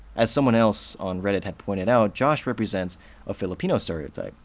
as someone else on reddit had pointed out, josh represents a filipino stereotype,